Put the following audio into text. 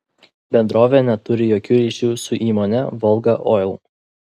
bendrovė neturi jokių ryšių su įmone volga oil